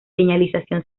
señalización